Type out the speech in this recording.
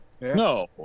No